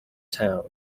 town